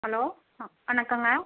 hello வணக்கம்ங்க